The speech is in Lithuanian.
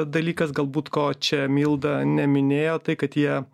dalykas galbūt ko čia milda neminėjo tai kad jie